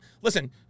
Listen